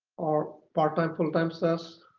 part-time, full-time status,